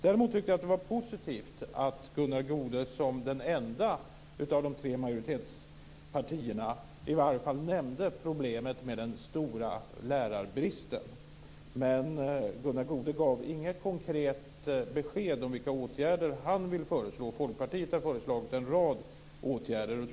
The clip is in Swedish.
Däremot tycker jag att det var positivt att Gunnar Goude som den ende representanten för de tre majoritetspartierna i varje fall nämnde problemet med den stora lärarbristen. Men Gunnar Goude gav inga konkreta besked om vilka åtgärder han vill föreslå. Folkpartiet har föreslagit en rad åtgärder.